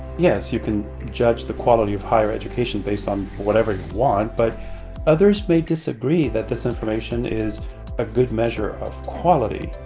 yes, you can judge the quality of higher education based on whatever you want, but others may disagree that this information is a good measure of quality.